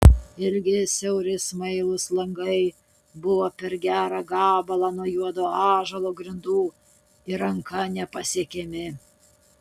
ilgi siauri smailūs langai buvo per gerą gabalą nuo juodo ąžuolo grindų ir ranka nepasiekiami